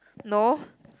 no